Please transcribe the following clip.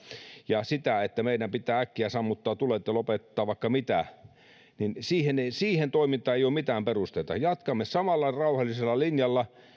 ja sitä että meidän pitää äkkiä sammuttaa tulet ja lopettaa vaikka mitä että siihen toimintaan ei ole mitään perusteita jatkamme samalla rauhallisella linjalla niin